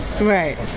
Right